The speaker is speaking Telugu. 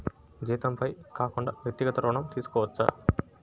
జీతంపై కాకుండా వ్యక్తిగత ఋణం తీసుకోవచ్చా?